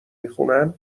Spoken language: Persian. میخونن